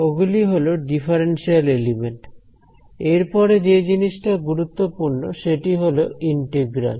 ওগুলি হল differential element এরপরে যে জিনিসটা গুরুত্বপূর্ণ সেটি হল ইন্টিগ্রাল